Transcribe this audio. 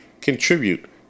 contribute